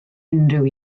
unrhyw